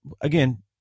again